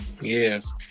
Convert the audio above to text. Yes